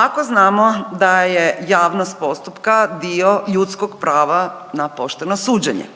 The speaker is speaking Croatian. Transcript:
ako znamo da je javnost postupka dio ljudskog prava na pošteno suđenje.